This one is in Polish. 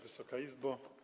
Wysoka Izbo!